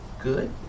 Good